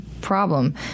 problem